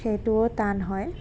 সেইটোৱো টান হয়